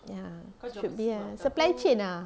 ya should be ah supply chain ah